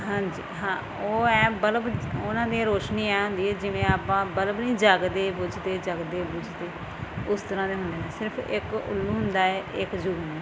ਹਾਂਜੀ ਹਾਂ ਉਹ ਐਂ ਬਲਬ ਉਹਨਾਂ ਦੀਆਂ ਰੋਸ਼ਨੀ ਐਂ ਹੁੰਦੀ ਹੈ ਜਿਵੇਂ ਆਪਾਂ ਬਲਬ ਨਹੀਂ ਜੱਗਦੇ ਬੁਝਦੇ ਜੱਗਦੇ ਬੁਝਦੇ ਉਸ ਤਰ੍ਹਾਂ ਦੇ ਹੁੰਦੇ ਨੇ ਸਿਰਫ ਇੱਕ ਉੱਲੂ ਹੁੰਦਾ ਹੈ ਇੱਕ ਜੁਗਨੂੰ